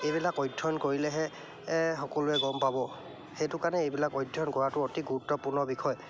এইবিলাক অধ্যয়ন কৰিলেহে সকলোৱে গম পাব সেইটো কাৰণে এইবিলাক অধ্যয়ন কৰাটো অতি গুৰুত্বপূৰ্ণ বিষয়